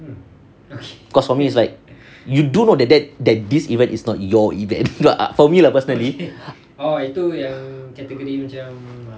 cause for me it's like you do know that that that this event is not your event for me lah personally